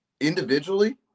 individually